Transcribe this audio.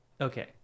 Okay